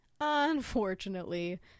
Unfortunately